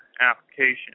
application